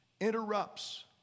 interrupts